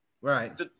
Right